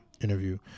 interview